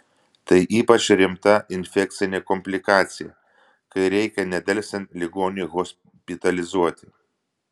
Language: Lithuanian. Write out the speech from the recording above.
tai ypač rimta infekcinė komplikacija kai reikia nedelsiant ligonį hospitalizuoti